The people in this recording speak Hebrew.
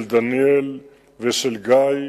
של דניאל ושל גיא,